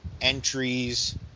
entries